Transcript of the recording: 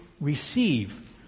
receive